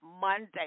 Monday